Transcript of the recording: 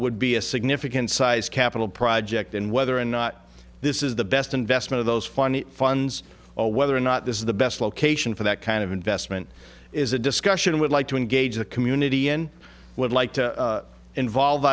would be a significant size capital project and whether or not this is the best investment of those funny funds or whether or not this is the best location for that kind of investment is a discussion would like to engage the community and would like to involve